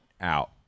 out